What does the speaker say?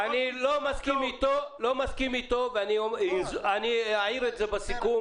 אני לא מסכים איתו, ואעיר על כך בסיכום.